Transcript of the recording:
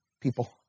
people